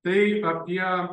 taip apie